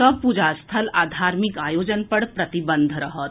सभ पूजा स्थल आ धार्मिक आयोजन पर प्रतिबंध रहत